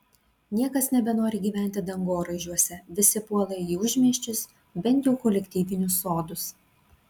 niekas nebenori gyventi dangoraižiuose visi puola į užmiesčius bent jau kolektyvinius sodus